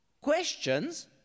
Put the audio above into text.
questions